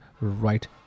right